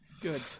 Good